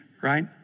right